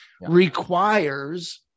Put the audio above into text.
requires